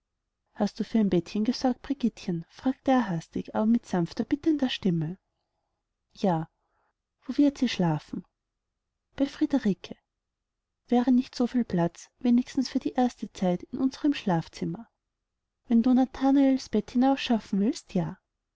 hast du für ein bettchen gesorgt brigittchen fragte er hastig aber mit sanfter bittender stimme ja und wo wird sie schlafen bei friederike wäre nicht so viel platz wenigstens für die erste zeit in unserem schlafzimmer wenn du nathanaels bett hinausschaffen willst ja